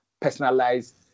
personalized